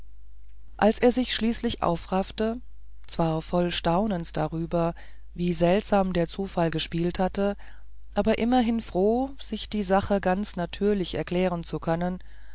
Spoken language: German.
als er sich schließlich aufraffte zwar voll staunens darüber wie seltsam der zufall gespielt hatte aber immerhin froh sich die sache ganz natürlich erklären zu können